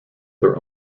their